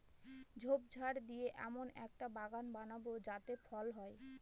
ঝোপঝাড় দিয়ে এমন একটা বাগান বানাবো যাতে ফল হয়